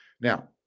Now